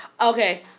Okay